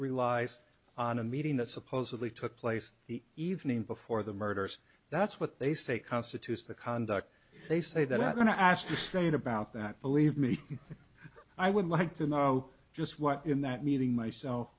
relies on a meeting that supposedly took place the evening before the murders that's what they say constitutes the conduct they say they're not going to ask the state about that believe me i would like to know just what in that meeting myself